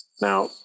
Now